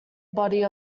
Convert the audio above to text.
body